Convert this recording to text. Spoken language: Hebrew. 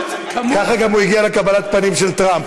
ככה הוא גם הגיע לקבלת הפנים של טראמפ,